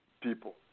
people